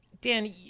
Dan